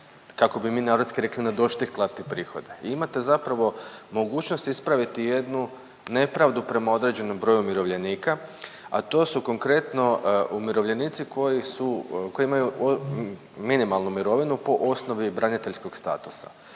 kako bi mi narodski rekli, nadoštiklati prihode. I imate zapravo mogućnost ispraviti jednu nepravdu prema određenom broju umirovljenika, a to su konkretno umirovljenici koji su, koji imaju minimalnu mirovinu po osnovi braniteljskog statusa,